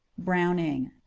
browning